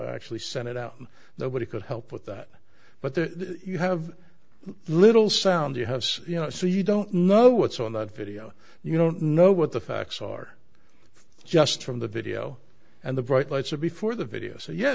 actually sent it out nobody could help with that but the you have a little sound you have so you know so you don't know what's on the video you don't know what the facts are just from the video and the bright lights are before the video so yeah